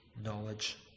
knowledge